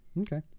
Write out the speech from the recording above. Okay